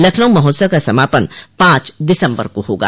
लखनऊ महोत्सव का समापन पाँच दिसम्बर को होगा